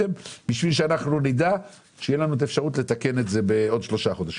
כך תהיה לנו אפשרות לתקן את זה בעוד שלושה חודשים.